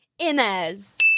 Inez